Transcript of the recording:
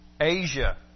Asia